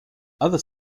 other